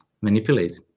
manipulate